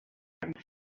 and